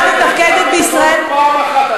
היושב-ראש.